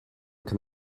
kann